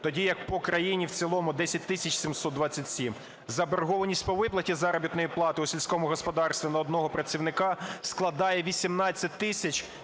тоді як по країні в цілому – 10 тисяч 727. Заборгованість по виплаті заробітної плати у сільському господарстві на одного працівника складає 18 тисяч